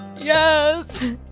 yes